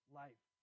life